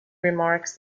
remarks